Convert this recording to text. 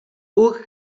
hug